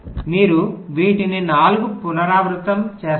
మీరు వీటిని 4 పునరావృతం చేస్తారు